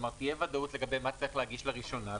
כלומר תהיה ודאות מה צריך להגיש לראשונה,